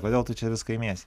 kodėl tu čia visko imiesi